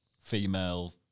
female